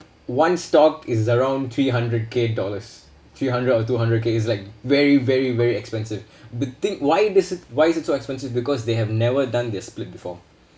one stock is around three hundred K dollars three hundred or two hundred K is like very very very expensive but think why this why is it so expensive because they have never done their split before